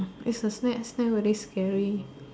is a snake snake very scary